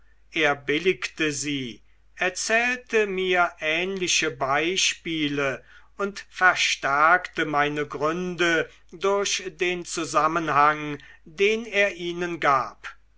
er billigte sie erzählte mir ähnliche beispiele und verstärkte meine gründe durch den zusammenhang den er ihnen gab